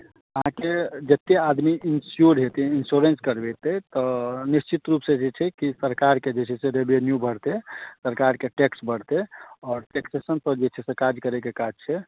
अहाँके जतेक आदमी इन्स्योर हेतै इन्स्योरेन्स करबेतै तऽ निश्चित रूपसँ जे छै कि सरकारके जे छै से रिवेन्यू बढ़तै सरकारके टैक्स बढ़तै आओर टैक्सेशनपर जे छै से काज करय के काज छै